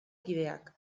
kideak